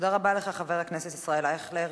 תודה רבה לך, חבר הכנסת ישראל אייכלר.